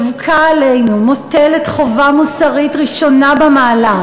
דווקא עלינו מוטלת חובה מוסרית ראשונה במעלה,